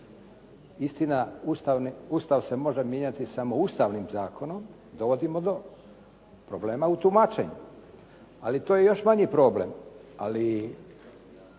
istina Ustav se može mijenjati samo ustavnim zakonom, dovodimo do problema u tumačenju. Ali to je još manji problem. Ali